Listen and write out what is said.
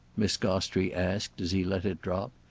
miss gostrey asked as he let it drop.